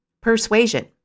persuasion